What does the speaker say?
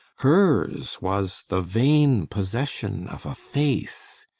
hers was the vain possession of a face,